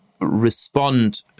respond